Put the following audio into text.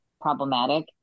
problematic